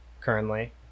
currently